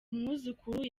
umwuzukuru